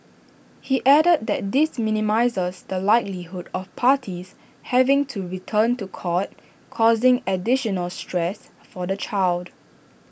he added that this minimises the likelihood of parties having to return to court causing additional stress for the child